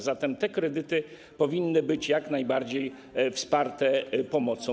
Zatem te kredyty powinny być jak najbardziej wsparte pomocą.